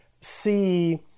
see